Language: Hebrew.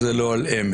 אז זה לא על אמת.